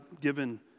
given